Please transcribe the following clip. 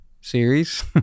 series